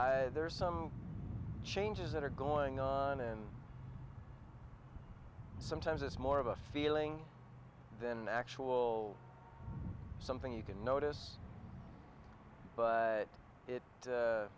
there are some changes that are going on and sometimes it's more of a feeling than actual something you can notice but it